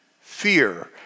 fear